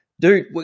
dude